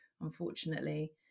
unfortunately